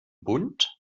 bunt